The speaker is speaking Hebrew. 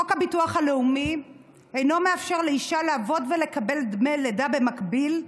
חוק הביטוח הלאומי אינו מאפשר לאישה לעבוד ולקבל דמי לידה במקביל,